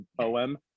poem